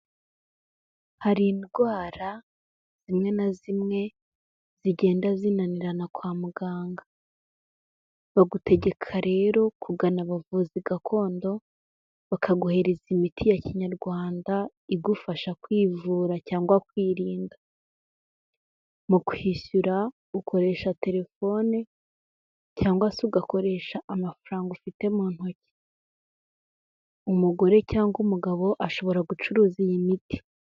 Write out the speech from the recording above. Hari indwara zimwe na zimwe zigenda zinanirana kwa muganga, bagutegeka rero kugana abavuzi gakondo, bakaguhereza imiti ya kinyarwanda igufasha kwivura cyangwa kwirinda, mu kwishyura ukoresha telefone cyangwa se ugakoresha amafaranga ufite mu ntoki, umugore cyangwa umugabo ashobora gucuruza iyi miti.